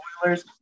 spoilers